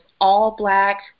all-black